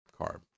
CARB